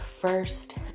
first